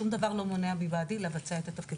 שום דבר לא מודע בעדי מלבצע את התפקיד.